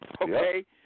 Okay